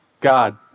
God